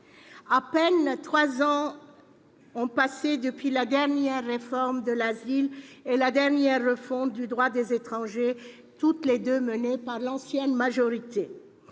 à peine trois ans ont passé depuis la dernière réforme de l'asile et la dernière refonte du droit des étrangers, toutes deux menées par l'ancienne majorité